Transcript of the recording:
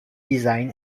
design